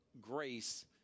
grace